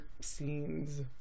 scenes